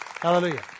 Hallelujah